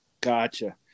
Gotcha